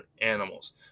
animals